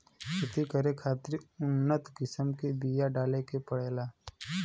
खेती करे खातिर उन्नत किसम के बिया डाले के पड़ेला